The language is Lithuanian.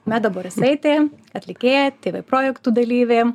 meda borisaitė atlikėja tv projektų dalyvė